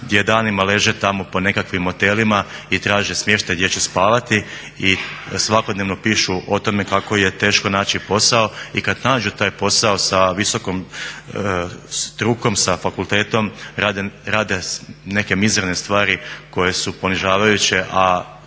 gdje danima leže tamo po nekakvim motelima i traže smještaj gdje će spavati i svakodnevno pišu o tome kako je teško naći posao. I kada nađu taj posao sa visokom strukom, sa fakultetom rade neke mizerne stvari koje su ponižavajuće, a